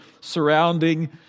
surrounding